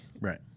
right